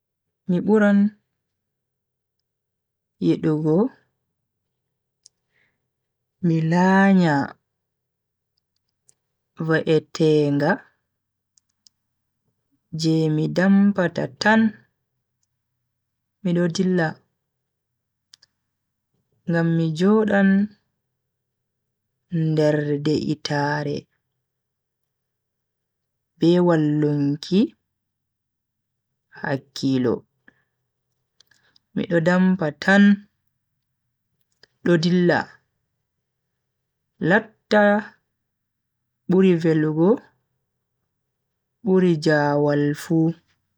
Mi buran yidugo mi lanya va'etenga je mi dampata tan mido dilla. ngam mi jodan nder de'itaare be wallunki hakkilo mido dampa tan do dilla. lattan buri velugo buri jawal fu.